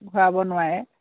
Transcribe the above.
ঘূৰাব নোৱাৰে